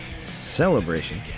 celebration